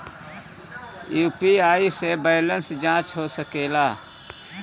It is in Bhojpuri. यू.पी.आई से बैलेंस जाँच हो सके ला?